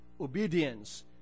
obedience